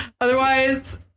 Otherwise